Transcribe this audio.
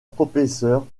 professeur